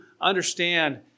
understand